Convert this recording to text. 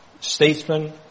statesman